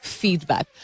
feedback